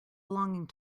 belonging